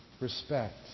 respect